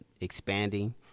expanding